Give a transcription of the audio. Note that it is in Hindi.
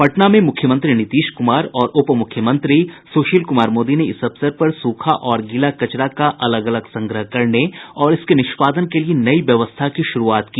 पटना में मुख्यमंत्री नीतीश कुमार और उप मुख्यमंत्री सुशील कुमार मोदी ने इस अवसर पर सूखा और गीला कचरा का अलग अलग संग्रह करने और इसके निष्पादन के लिये नई व्यवस्था की शुरूआत की